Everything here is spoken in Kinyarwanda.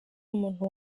umuntu